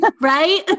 Right